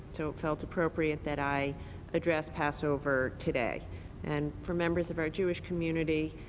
so it felt appropriate that i addressed passover today and for members of our jewish community,